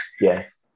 Yes